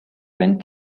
went